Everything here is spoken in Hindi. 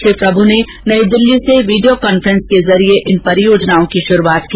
श्री प्रभू ने नई दिल्ली से वीडियो कांफ्रेसिंग के जरिये इन परियोजनाओं की शुरूआत की